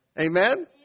Amen